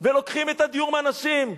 ולוקחים את הדיור מאנשים.